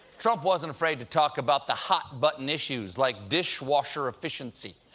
trump wasn't afraid to talk about the hotbutton issues like dishwasher efficiency.